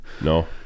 no